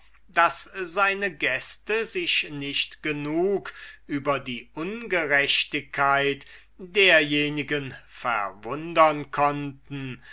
daß seine gäste sich nicht genug über die ungerechtigkeit derjenigen verwundern konnten